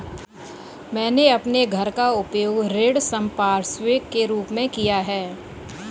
मैंने अपने घर का उपयोग ऋण संपार्श्विक के रूप में किया है